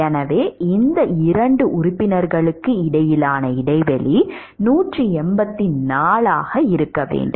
எனவே இந்த இரண்டு உறுப்பினர்களுக்கு இடையிலான இடைவெளி 184 ஆக இருக்க வேண்டும்